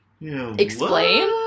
Explain